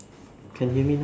can hear me now